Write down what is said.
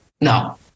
No